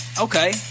Okay